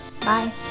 Bye